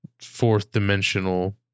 fourth-dimensional